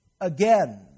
again